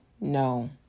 no